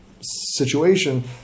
situation